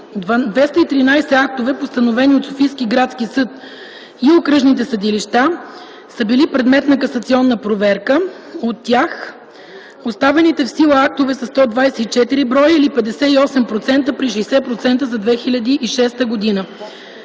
213 акта, постановени от Софийски градски съд и окръжните съдилища, са били предмет на касационна проверка. От тях оставените в сила актове са 124 броя или 58% (при 60% за 2006 г.).